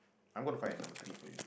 I'm gonna find a number three for you